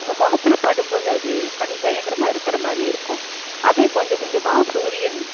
நம்ம முகத்துல படும்போது அது பனி பயங்கரமாக இருக்குறமாதிரி இருக்கும் அதே கொஞ்சம் கொஞ்சமாக சூரியன்